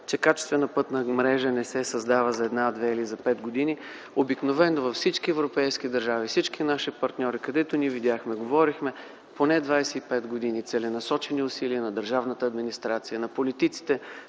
че качествена пътна мрежа не се създава за една, две или за пет години. Обикновено във всички европейски държави, всички наши партньори, с които ние се видяхме и говорихме, казаха, че поне 25 години са необходими целенасочени усилия на държавната администрация, на политиците,